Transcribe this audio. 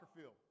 field